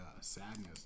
sadness